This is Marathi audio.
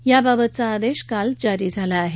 याबाबतचा आदेश काल जारी झाला आहे